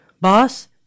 boss